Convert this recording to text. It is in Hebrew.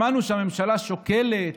שמענו שהממשלה שוקלת,